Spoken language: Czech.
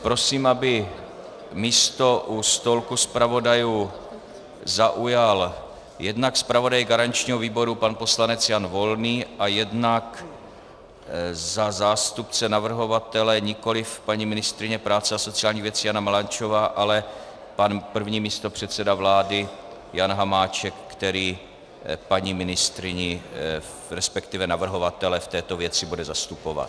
Prosím, aby místo u stolku zpravodajů zaujal jednak zpravodaj garančního výboru pan poslanec Jan Volný, jednak za zástupce navrhovatele nikoliv paní ministryně práce a sociálních věcí Jana Maláčová, ale první místopředseda vlády Jan Hamáček, který paní ministryni, resp. navrhovatele v této věci bude zastupovat.